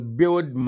build